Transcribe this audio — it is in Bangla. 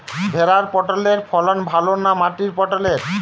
ভেরার পটলের ফলন ভালো না মাটির পটলের?